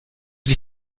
sich